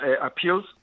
appeals